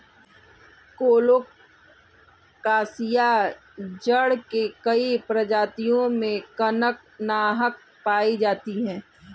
colocasia जड़ के कई प्रजातियों में कनकनाहट पायी जाती है